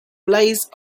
blaze